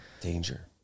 danger